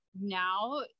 now